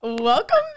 Welcome